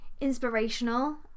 inspirational